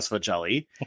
jelly